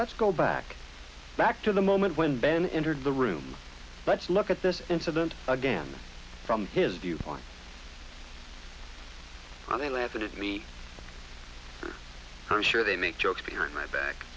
let's go back back to the moment when ben entered the room let's look at this incident again from his viewpoints on the laugh at me her sure they make jokes behind my back